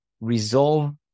resolve